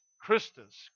Christus